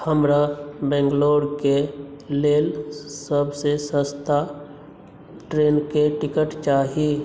हमरा बैंगलोर के लेल सबसे सस्ता ट्रेनके टिकट चाही